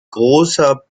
großer